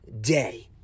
day